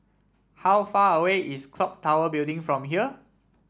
how far away is clock Tower Building from here